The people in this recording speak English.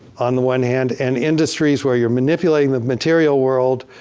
on one hand. and industries where you're manipulating the material world.